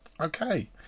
Okay